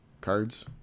cards